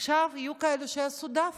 עכשיו יהיו כאלה שיעשו דווקא.